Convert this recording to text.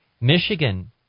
Michigan